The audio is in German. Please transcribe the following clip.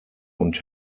und